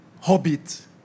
Hobbit